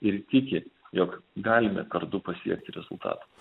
ir tiki jog galime kartu pasiekti rezultatą